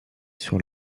sur